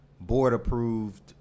board-approved